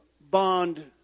bond